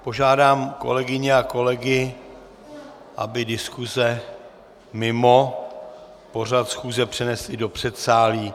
Požádám kolegyně a kolegy, aby diskuse mimo pořad schůze přenesli do předsálí.